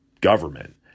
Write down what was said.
government